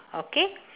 okay